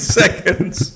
seconds